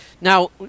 Now